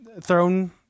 thrown